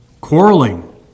Quarreling